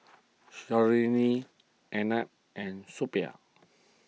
Sarojini Arnab and Suppiah